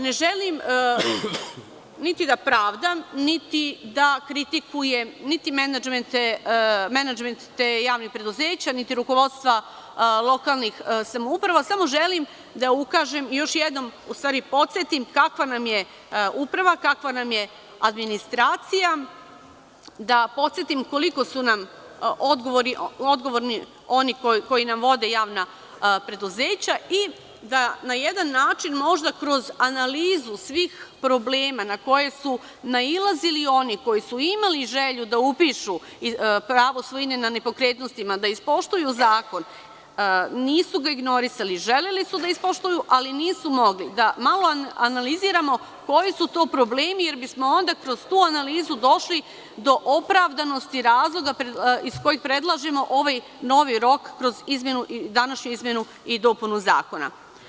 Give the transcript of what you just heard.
Ne želim da pravdam ni da kritikujem menadžmente javnih preduzeća, rukovodstva lokalnih samouprava, nego želim da ukažem još jednom, u stvari da podsetim kakva nam je uprava, kakva nam je administracija, koliko su nam odgovorni oni koji nam vode javna preduzeća i da na jedan način, možda kroz analizu svih problema na koje su nailazili oni koji su imali želju da upišu pravo svojine na nepokretnostima, da ispoštuju zakon, nisu gu ignorisali, želeli su da ispoštuju ali nisu mogli, malo analiziramo koji su to problemi, jer bismo onda kroz tu analizu došli do opravdanosti razloga iz kojih predlažemo ovaj novi rok kroz današnju izmenu i dopunu zakona.